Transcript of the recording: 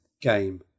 game